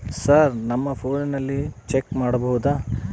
Sir ನಮ್ಮ ಫೋನಿನಲ್ಲಿ check ಮಾಡಬಹುದಾ?